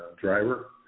driver